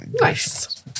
Nice